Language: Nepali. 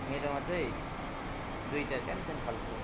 मेरोमा चाहिँ दुईवटा सानो सानो खालको